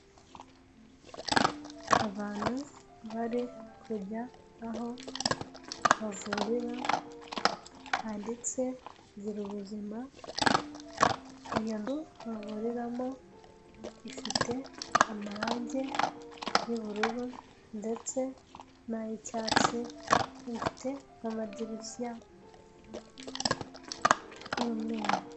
Abantu bari kujya aho bavurira handitse gira ubuzima, iyo nzu bankoreramo ifite amarangi y'ubururu ndetse n'ay'icyatsi, ifite n'amadirishya y'umweru.